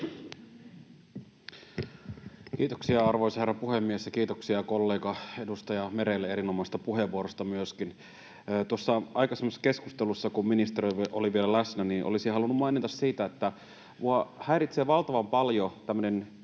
Kiitoksia, arvoisa herra puhemies! Ja kiitoksia myöskin kollega, edustaja Merelle erinomaisesta puheenvuorosta. Tuossa aikaisemmassa keskustelussa, kun ministeri oli vielä läsnä, olisin halunnut mainita siitä, että minua häiritsee valtavan paljon tämmöinen